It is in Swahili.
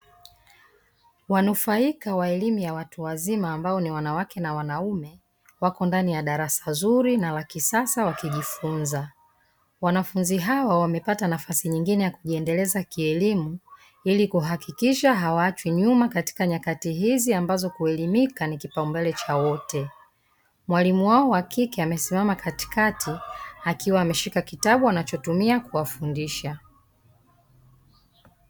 Wanufaika wa elimu ya watu wazima ambao ni wanawake na wanaume, wako ndani ya darasa zuri na la kisasa wakijifunza. Wanafunzi hawa wamepata nafasi nyingine ya kujiendeleza kielimu ili kuhakikisha hawaachwi nyuma katika nyakati hizi ambacho kuelimika ni kipaumbele cha wote. Mwalimu wao wa kike amesimama katikati akiwa ameshika kitabu anachotumia kuwafundisha.